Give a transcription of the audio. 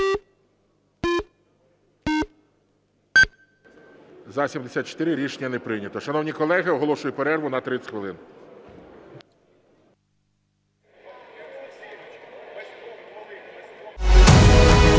За-74 Рішення не прийнято. Шановні колеги, оголошую перерву на 30 хвилин.